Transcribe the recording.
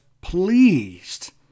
pleased